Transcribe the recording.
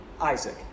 Isaac